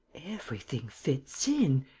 everything fits in!